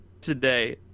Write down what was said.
today